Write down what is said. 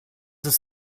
ist